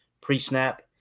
pre-snap